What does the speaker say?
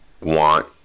want